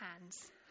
hands